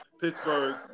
Pittsburgh